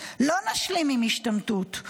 לא נשלים עם השתמטות.